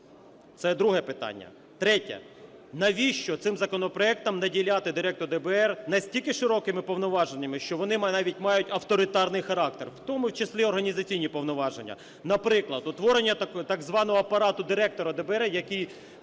Це друге питання. Третє. Навіщо цим законопроектом наділяти Директора ДБР настільки широкими повноваженнями, що вони навіть мають авторитарний характер, в тому числі організаційні повноваження, наприклад, утворення так званого апарату Директора ДБР, який,